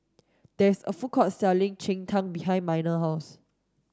there is a food court selling Cheng Tng behind Minor's house